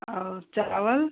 और चावल